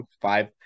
five